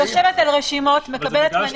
היא יושבת על רשימות, מקבלת מהנשיאים